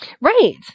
Right